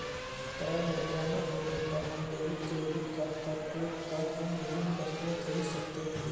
तरल मुद्रा ना होने पर हम डेबिट क्रेडिट कार्ड का प्रयोग कर हम विभिन्न वस्तुएँ खरीद सकते हैं